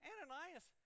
Ananias